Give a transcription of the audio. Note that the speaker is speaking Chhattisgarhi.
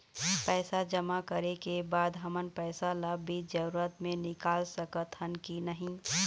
पैसा जमा करे के बाद हमन पैसा ला बीच जरूरत मे निकाल सकत हन की नहीं?